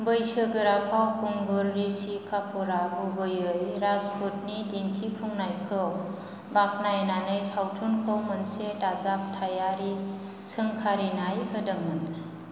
बैसोगोरा फावखुंगुर ऋषि कापूरआ गुबैयै राजपूतनि दिन्थिफुंनायखौ बाख्नायनानै सावथुनखौ मोनसे दाजाबथायारि सोंखारिनाय होदोंमोन